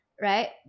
right